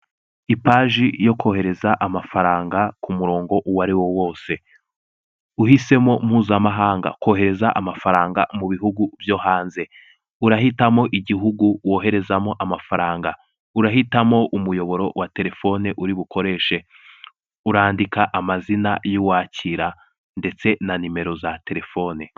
Ipaji yo kohereza amafaranga ku murongo uwo ariwo wose, uhisemo mpuzamahanga kohereza amafaranga mu bihugu byo hanze, urahitamo igihugu woherezamo amafaranga, urahitamo umuyoboro wa telefone uri bukoreshe, urandika amazina y'uwakira ndetse na nimero za telefone.